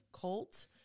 cult